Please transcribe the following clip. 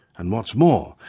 and what's more,